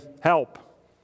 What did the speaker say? Help